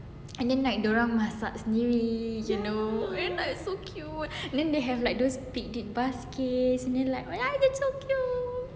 and then like dia orang masak sendiri you know and like so cute then they have like those picnic baskets and then like oh ya it's so cute